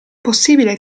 possibile